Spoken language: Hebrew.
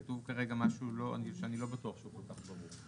כתוב כרגע משהו שאני לא בטוח שהוא כל כך ברור.